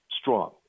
strong